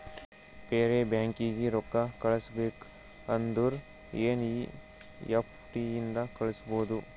ಬೇರೆ ಬ್ಯಾಂಕೀಗಿ ರೊಕ್ಕಾ ಕಳಸ್ಬೇಕ್ ಅಂದುರ್ ಎನ್ ಈ ಎಫ್ ಟಿ ಇಂದ ಕಳುಸ್ಬೋದು